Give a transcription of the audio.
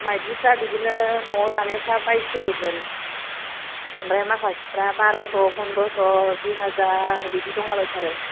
मायदिफ्रा बिदिनो न'आव दानायफ्रा बाइस्स' गोजोन ओमफ्राय माखासेफ्रा बार'स' पन्द्र'स' दुइ हाजार बिदि दंलाबायथारो